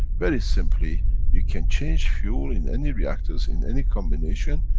very simply you can change fuel in any reactors, in any combination,